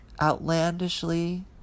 outlandishly